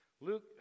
Luke